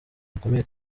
bakomeye